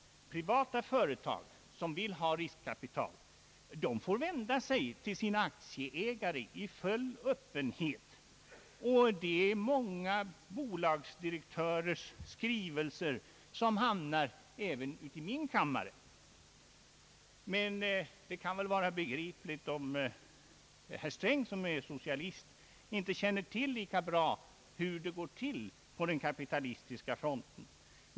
Privata företag som vill ha riskkapital får vända sig till sina aktieägare i full öppenhet. Det är många bolagsdirektörers skrivelser som hamnar även i min kammare. Men det kan vara begripligt om herr Sträng som är socialist inte lika bra känner till hur det går till på den kapitalistiska fronten.